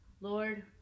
Lord